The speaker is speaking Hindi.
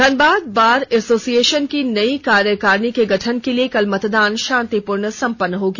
धनबाद बार एसोसिएशन की नई कार्यकारिणी के गठन के लिए कल मतदान शांतिपूर्ण संपन्न हो गया